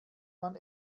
man